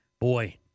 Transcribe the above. Boy